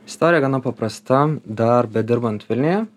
istorija gana paprasta dar bedirbant vilniuje